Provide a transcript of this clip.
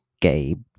Gabe